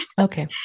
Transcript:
okay